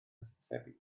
hysbysebu